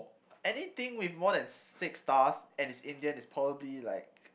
anything with more than six stars and is Indian is probably like